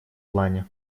плане